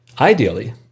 Ideally